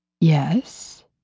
Yes